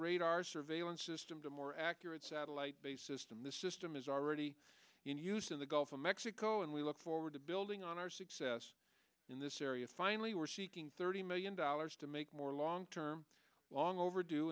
radar surveillance system to a more accurate satellite based system the system is already in use in the gulf of mexico and we look forward to building on our success in this area finally we're seeking thirty million dollars to make more long term long overdue